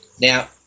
Now